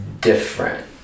different